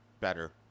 better